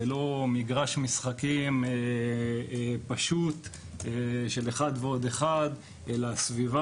זה לא מגרש משחקים פשוט של אחד ועוד אחד אלא סביבה